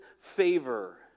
favor